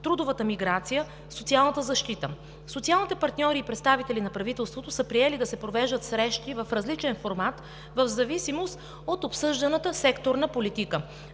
трудовата миграция, социалната защита. Социалните партньори и представителите на правителството са приели да се провеждат срещи в различен формат в зависимост от обсъжданата секторна политика.